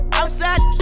outside